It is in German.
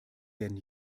werden